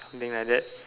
something like that